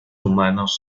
humanos